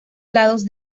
lados